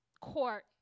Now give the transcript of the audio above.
court